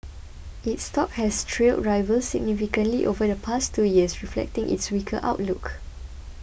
its stock has trailed rivals significantly over the past two years reflecting its weaker outlook